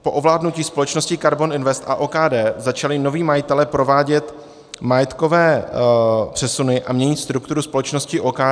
Po ovládnutí společnosti KARBON INVEST a OKD začali noví majitelé provádět majetkové přesuny a měnit strukturu společnosti OKD.